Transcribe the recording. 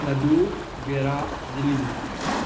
ꯂꯥꯗꯨ ꯕꯦꯔꯥ ꯖꯤꯂꯤꯕꯤ